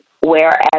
Whereas